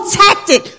tactic